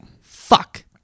Fuck